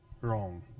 Wrong